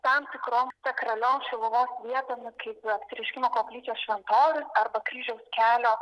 tam tikrom sakraliom šiluvos vietom kaip apsireiškimo koplyčios šventorius arba kryžiaus kelio